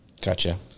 Gotcha